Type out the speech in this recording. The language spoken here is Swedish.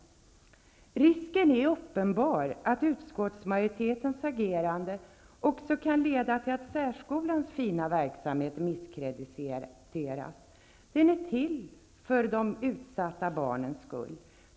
Risken är uppenbar att utskottsmajoritetens agerande kan leda till att särskolans fina verksamhet misskrediteras. Den är till för de utsatta barnens skull.